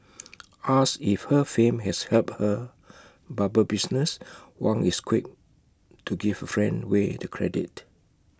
asked if her fame has helped her barber business Wang is quick to give her friend way the credit